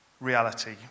reality